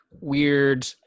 weird